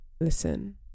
listen